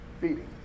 Feeding